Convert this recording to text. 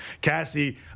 Cassie